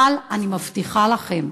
אבל אני מבטיחה לכם: